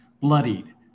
bloodied